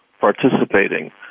participating